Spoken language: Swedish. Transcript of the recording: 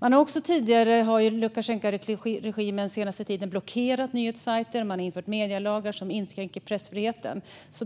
Den senaste tiden har Lukasjenkoregimen också blockerat nyhetssajter och infört medielagar som inskränker pressfriheten.